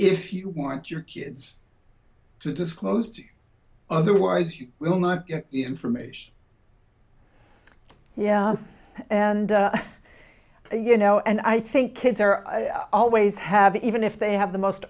if you want your kids to disclosed otherwise you will not get information yeah and you know and i think kids are always have even if they have the most